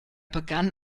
begann